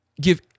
give